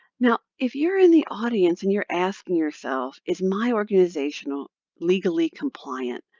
now, if you're in the audience and you're asking yourself, is my organization um legally compliant?